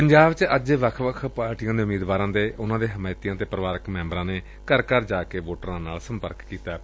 ਪੰਜਾਬ 'ਚ ਅੱਜ ਵੱਖ ਵੱਖ ਪਾਰਟੀਆਂ ਦੇ ਉਮੀਦਵਾਰਾਂ ਦੇ ਹਿਮਾਇਤੀਆਂ ਤੇ ਪਰਿਵਾਰਕ ਮੈਂਬਰਾਂ ਵੱਲੋ ਘਰ ਘਰ ਜਾ ਕੇ ਵੋਟਰਾਂ ਨਾਲ਼ ਸੰਪਰਕ ਕੀਤਾ ਗਿਆ